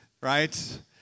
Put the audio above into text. right